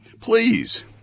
Please